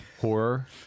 horror